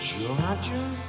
Georgia